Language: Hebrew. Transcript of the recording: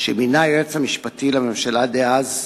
שמינה היועץ המשפטי לממשלה דאז,